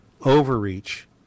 overreach